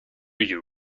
you